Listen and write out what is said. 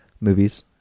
movies